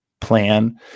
plan